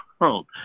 world